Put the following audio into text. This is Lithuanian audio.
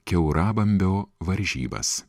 kiaurabambio varžybas